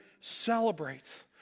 celebrates